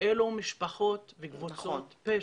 אלו משפחות וקבוצות פשע.